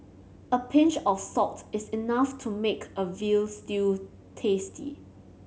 a pinch of salt is enough to make a veal stew tasty